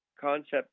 concept